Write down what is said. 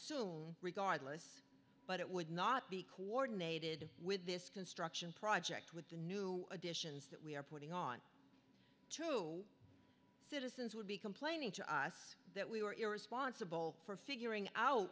soon regardless but it would not be coordinated with this construction project with the new additions that we are putting on to citizens would be complaining to us that we were irresponsible for figuring out